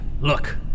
Look